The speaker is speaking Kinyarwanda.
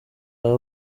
aba